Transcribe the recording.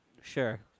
sure